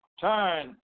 turn